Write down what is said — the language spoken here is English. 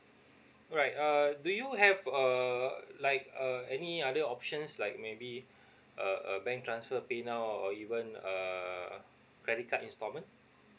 right uh do you have uh like uh any other options like maybe uh uh bank transfer PayNow or even uh credit card installment